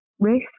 Risk